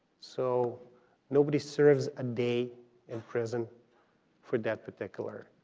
so nobody serves a day in prison for that particular